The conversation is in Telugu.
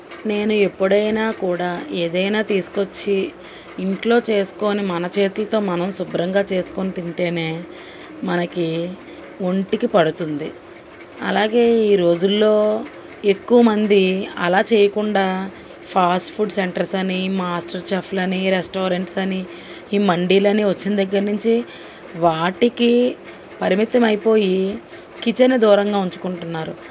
నేను ఎప్పుడైనా కూడా ఏదన్న తీసుకు వచ్చి ఇంట్లో చేసుకోని మన చేతులతో మనం శుభ్రంగా చేసుకొని తింటే మనకి ఒంటికి పడుతుంది అలాగే ఈ రోజులలో ఎక్కువమంది అలా చేయకుండా ఫాస్ట్ ఫుడ్ సెంటర్స్ అనీ మాస్టర్ చెఫ్లని రెస్టారెంట్స్ అని ఈ మండీలు అన్నీ వచ్చిన దగ్గరనుంచి వాటికి పరిమితం అయిపోయి కిచెన్ని దూరంగా ఉంచుకుంటున్నారు